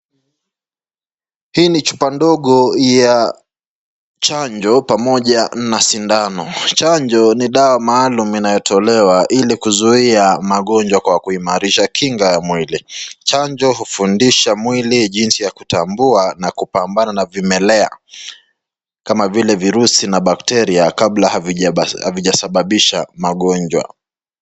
Hii ni chupa ndogo ya chanjo pamoja na sindano, chanjo ni dawa maalum inayotolewa ili kuzuia magonjwa kwa kuimarisha kinga ya mwili, chanjo hufundisha mwili jinsi ya kutambua na kupambana na vimelea kama vile virusi na bacteria kabla havija sababisha magonjwa.